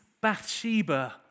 Bathsheba